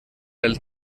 del